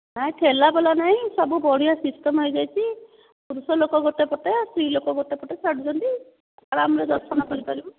ନାଇଁ ଠେଲା ପେଲା ନାଇଁ ସବୁ ବଢ଼ିଆ ସିଷ୍ଟମ ହୋଇଯାଇଛି ପୁରୁଷ ଲୋକ ଗୋଟେ ପଟେ ସ୍ତ୍ରୀ ଲୋକ ଗୋଟେ ପଟେ ଛାଡ଼ୁଛନ୍ତି ଆରାମ ରେ ଦର୍ଶନ କରିପାରିବୁ